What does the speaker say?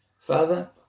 Father